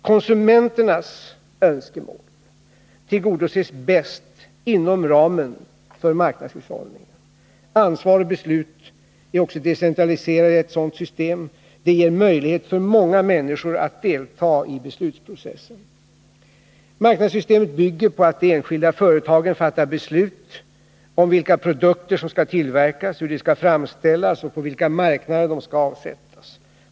Konsumenternas önskemål tillgodoses bäst inom ramen för marknadshushållningen. Ansvar och beslut är också decentraliserade i ett sådant system. Det ger möjlighet för många människor att delta i beslutsprocessen. Marknadssystemet bygger på att de enskilda företagen fattar beslut om vilka produkter som skall tillverkas, hur de skall framställas och på vilka marknader de skall avsättas.